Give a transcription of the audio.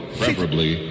preferably